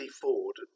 ford